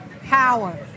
power